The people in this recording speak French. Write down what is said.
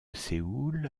séoul